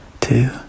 two